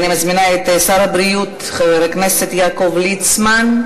אני מזמינה את שר הבריאות חבר הכנסת יעקב ליצמן,